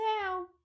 now